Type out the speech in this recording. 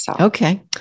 Okay